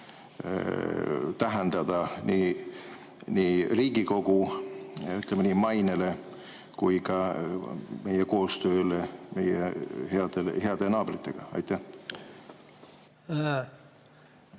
tähendada nii Riigikogu mainele kui ka meie koostööle meie heade naabritega? Aitäh,